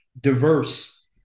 diverse